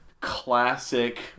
Classic